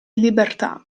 libertà